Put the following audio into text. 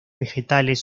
vegetales